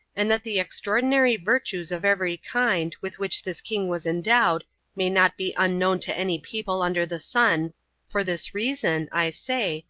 and that the extraordinary virtues of every kind with which this king was endowed may not be unknown to any people under the sun for this reason, i say,